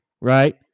right